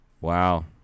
Wow